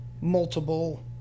multiple